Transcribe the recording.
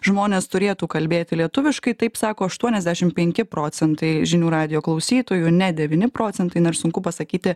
žmonės turėtų kalbėti lietuviškai taip sako aštuoniasdešimt penki procentai žinių radijo klausytojų ne devyni procentai na ir sunku pasakyti